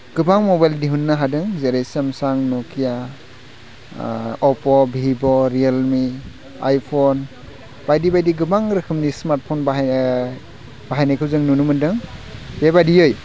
गोबां मबाइल दिहुननो हादों जेरै Samsung Nokia Oppo Vivo Realme iPhone बायदि बायदि गोबां रोखोमनि स्मार्टफन बाहाय बाहायनायखौ जों नुनो मोन्दों बेबादियै